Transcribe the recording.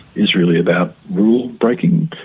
is really about rule breaking,